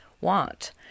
want